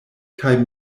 kaj